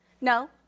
no